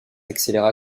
accéléra